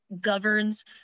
governs